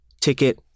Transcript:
Ticket